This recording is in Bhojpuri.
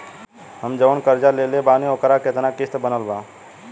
हम जऊन कर्जा लेले बानी ओकर केतना किश्त बनल बा?